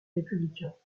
républicains